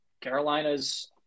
Carolina's